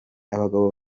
abagabo